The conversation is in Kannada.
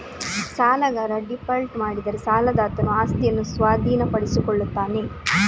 ಸಾಲಗಾರ ಡೀಫಾಲ್ಟ್ ಮಾಡಿದರೆ ಸಾಲದಾತನು ಆಸ್ತಿಯನ್ನು ಸ್ವಾಧೀನಪಡಿಸಿಕೊಳ್ಳುತ್ತಾನೆ